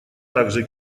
также